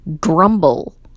grumble